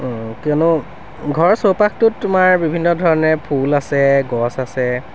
কিয়নো ঘৰৰ চৌপাশটোত তোমাৰ বিভিন্ন ধৰণে ফুল আছে গছ আছে